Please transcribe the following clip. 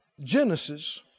Genesis